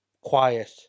quiet